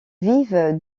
vivent